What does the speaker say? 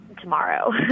tomorrow